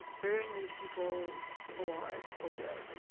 burying these people alive or dead,